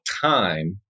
time